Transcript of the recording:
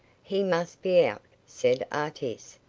he must be out, said artis.